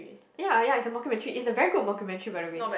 ya ya it's a mockumentary it's a very good mockumentary by the way